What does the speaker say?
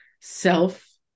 self